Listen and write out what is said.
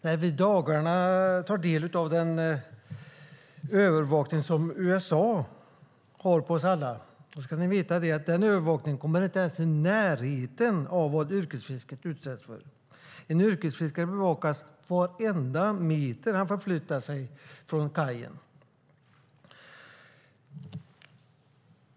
När vi i dagarna tar del av USA:s övervakning av oss alla ska ni veta att den övervakningen inte ens kommer i närheten av vad yrkesfisket utsätts för. En yrkesfiskare bevakas varenda meter han förflyttar sig från kajen.